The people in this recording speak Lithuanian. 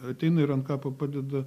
ateina ir ant kapo padeda